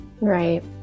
Right